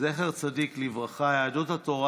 הצעת חוק הכשרות המשפטית והאפוטרופסות